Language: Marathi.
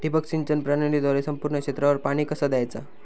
ठिबक सिंचन प्रणालीद्वारे संपूर्ण क्षेत्रावर पाणी कसा दयाचा?